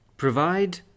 Provide